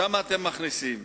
שם אתם מכניסים.